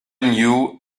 knew